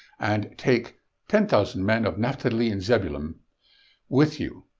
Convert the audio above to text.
and take ten thousand men of naphtali and zebulun with you.